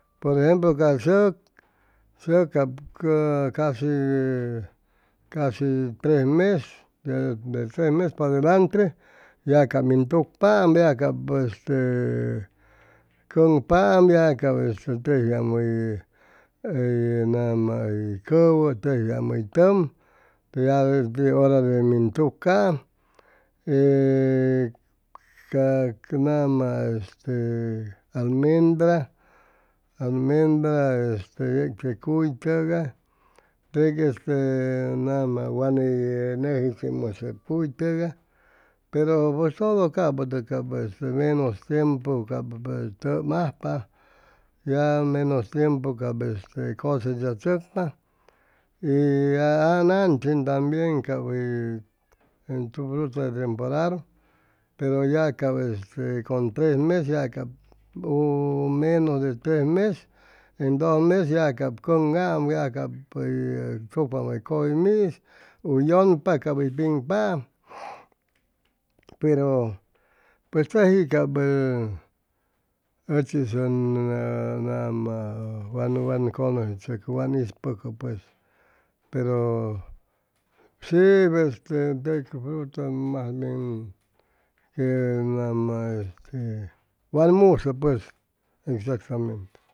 Por ejemplo ca sʉk sʉk cap casi casi tres mes de de seis mes pa delante ya cap min tucpaam ellag cap este e cʉŋpaam ya cap este tejiam hʉy hʉy nama hʉy cʉwʉ tejiam hʉy tʉm peya haber ti hʉta min tucam e ca nama este almendra almendra yeg te cuy tʉgay teg este nama wa ney nʉji chimusʉ cuy tʉgay pero pues todo capʉ tʉg cap este menos tiempu cap tʉm ajpa ya menos tiempu cap este cosechachʉcpa y ya a nanchi tambien fruta de temporada pero ya cap este con tres ms ya cap u menos de tres mes en dos mes ya cap cʉŋaam ya cap hʉy tucpam cay cʉyumiis u yʉnpa cap hʉy piŋpaam pro pues teji cap ochis ʉn nama wa wan conosechʉcʉ wan ispʉcʉ pues pero si tec fruta mas bien que nama este wan musʉ pues exactamente